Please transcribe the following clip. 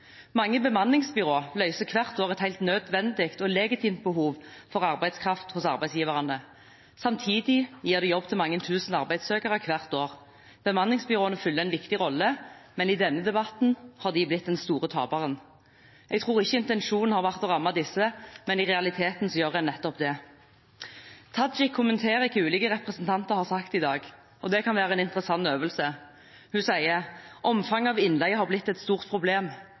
Mange bemanningsbyråer løser hvert år et helt nødvendig og legitimt behov for arbeidskraft hos arbeidsgiverne. Samtidig gir det jobb til mange tusen arbeidssøkere hvert år. Bemanningsbyråene fyller en viktig rolle, men i denne debatten har de blitt den store taperen. Jeg tror ikke intensjonen har vært å ramme disse, men i realiteten gjør en nettopp det. Representanten Tajik kommenterer hva ulike representanter har sagt i dag, og det kan være en interessant øvelse. Hun sier: Omfanget av innleie har blitt et stort problem,